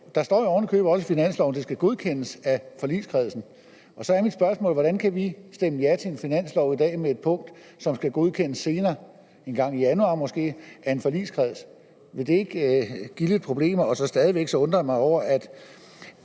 Der står jo ovenikøbet også i finansloven, at det skal godkendes af forligskredsen, og så er mit spørgsmål: Hvordan kan vi stemme ja til en finanslov i dag med et punkt, som skal godkendes senere, måske engang i januar, af en forligskreds? Vil det ikke give lidt problemer? Og stadig væk undrer jeg mig over, at